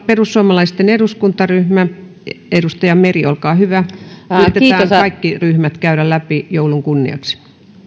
perussuomalaisten eduskuntaryhmä edustaja meri olkaa hyvä yritetään käydä läpi kaikki ryhmät joulun kunniaksi